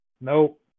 Nope